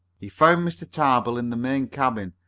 he found mr. tarbill in the main cabin,